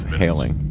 hailing